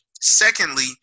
Secondly